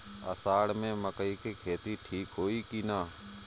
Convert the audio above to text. अषाढ़ मे मकई के खेती ठीक होई कि ना?